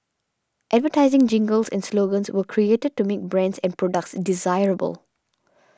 advertising jingles and slogans were created to make brands and products desirable